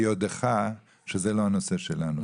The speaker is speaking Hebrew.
ביודעך שזה לא הנושא שלנו,